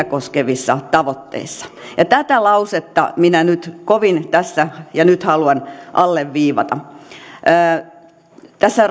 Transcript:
koskevissa tavoitteissa tätä lausetta minä nyt kovin tässä ja nyt haluan alleviivata tässä